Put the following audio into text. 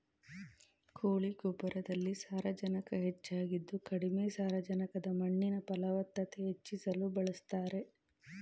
ಕೋಳಿ ಗೊಬ್ಬರದಲ್ಲಿ ಸಾರಜನಕ ಹೆಚ್ಚಾಗಿದ್ದು ಕಡಿಮೆ ಸಾರಜನಕದ ಮಣ್ಣಿನ ಫಲವತ್ತತೆ ಹೆಚ್ಚಿಸಲು ಬಳಸ್ತಾರೆ